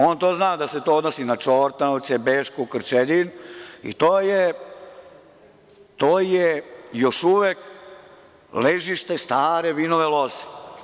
On zna da se to odnosi na Čortanovce, Bešku, Krčedin, i to je još uvek ležište stare vinove loze.